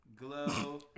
Glow